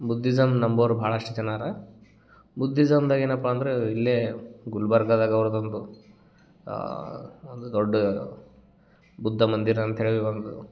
Buddhism ನಂಬೋರು ಭಾಳಷ್ಟು ಜನ ಅರ ಬುದ್ಧಿಸಮ್ದಾಗ್ ಏನಪ್ಪ ಅಂದರೆ ಇಲ್ಲೇ ಗುಲ್ಬರ್ಗದಾಗ ಅವ್ರ್ದ ಒಂದು ಒಂದು ದೊಡ್ಡ ಬುದ್ಧಮಂದಿರ ಅಂತೇಳಿ ಒಂದು